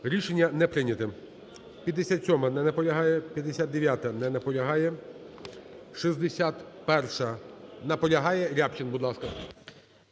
Рішення не прийнято. 57-а. Не наполягає. 59-а. Не наполягає. 61-а. Наполягає. Рябчин, будь ласка.